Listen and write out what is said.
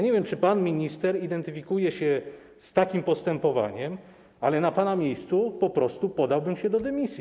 Nie wiem, czy pan minister identyfikuje się z takim postępowaniem, ale na pana miejscu po prostu podałbym się do dymisji.